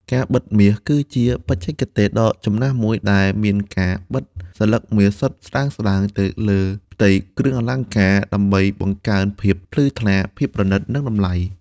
ការបិតមាស គឺជាបច្ចេកទេសដ៏ចំណាស់មួយដែលមានការបិតសន្លឹកមាសសុទ្ធស្តើងៗទៅលើផ្ទៃគ្រឿងអលង្ការ ដើម្បីបង្កើនភាពភ្លឺថ្លា ភាពប្រណីត និងតម្លៃ។